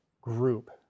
group